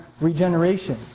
regeneration